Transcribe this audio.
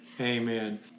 Amen